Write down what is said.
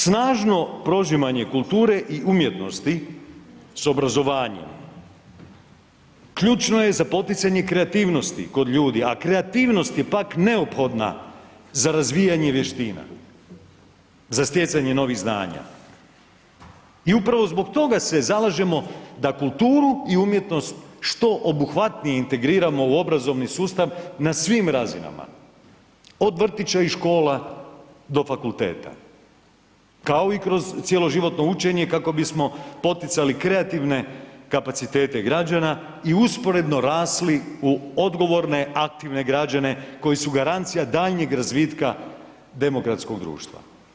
Snažno prožimanje kulture i umjetnosti s obrazovanjem ključno je za poticanje kreativnosti kod ljudi, a kreativnost je pak neophodna za razvijanje vještina, za stjecanje novih znanja i upravo zbog toga se zalažemo da kulturu i umjetnost što obuhvatnije integriramo u obrazovni sustav na svim razinama, od vrtića i škola do fakulteta, kao i kroz cjeloživotno učenje kako bismo poticali kreativne kapacitete građana i usporedno rasli u odgovorne aktivne građane koji su garancija daljnjeg razvitka demokratskog društva.